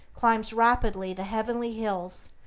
climbs rapidly the heavenly hills,